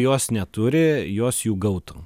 jos neturi jos jų gautų